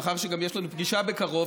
מאחר שגם יש לנו פגישה בקרוב,